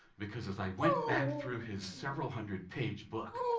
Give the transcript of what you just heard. because as i went back through his several-hundred-page book,